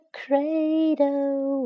cradle